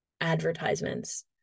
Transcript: advertisements